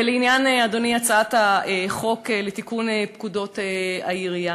לעניין הצעת החוק לתיקון פקודת העיריות.